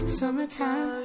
summertime